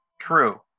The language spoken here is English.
true